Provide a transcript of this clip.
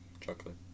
chocolate